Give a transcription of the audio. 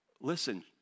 Listen